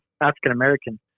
African-American